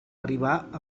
arribar